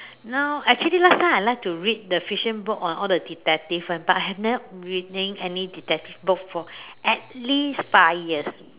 now actually last time I like to read the fiction books on all the detectives one but I have never reading any detective books for at least five years